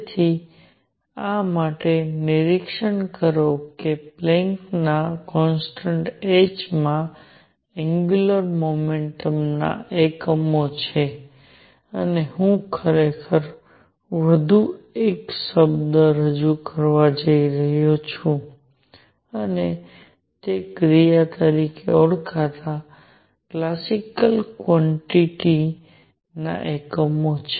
તેથી આ માટે નિરીક્ષણ કરો કે પ્લેન્કના કોન્સટન્ટ h માં એનગ્યુલર મોમેન્ટમ ના એકમો છે અને હું ખરેખર વધુ એક શબ્દ રજૂ કરવા જઈ રહ્યો છું અને તે ક્રિયા તરીકે ઓળખાતા ક્લાસિકલ કવોંટીટીના એકમો છે